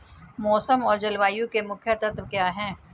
मौसम और जलवायु के मुख्य तत्व क्या हैं?